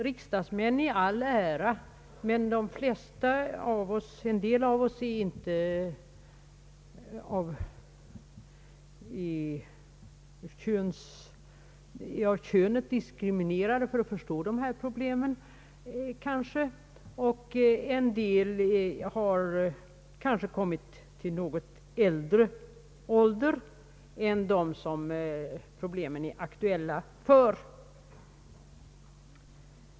Riksdagsmän i all ära, men en del av oss är av könet diskriminerade när det gäller att förstå dessa problem, och en del har kommit till något högre ålder än dem för vilka problemen är aktuella.